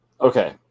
Okay